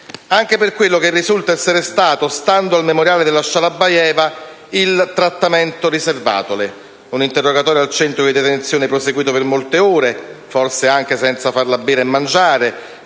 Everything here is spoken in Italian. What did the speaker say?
Anche per quello che risulta essere stato, stando a un memoriale della Shalabayeva, il trattamento riservatole: un interrogatorio al centro di detenzione proseguito per molte ore, forse anche senza farla bere e mangiare,